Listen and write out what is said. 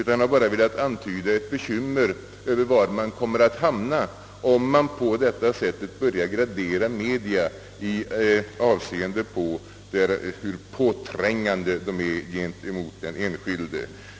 Jag har bara velat antyda ett bekymmer över var man kommer att hamna om man på detta sätt börjar gradera media i avseende på hur påträngande de är gentemot den enskilde.